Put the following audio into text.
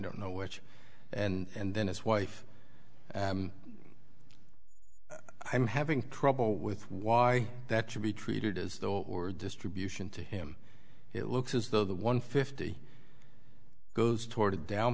don't know which and then his wife i'm having trouble with why that should be treated as though or distribution to him it looks as though the one fifty goes toward a down